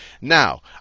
Now